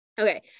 Okay